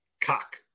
Cock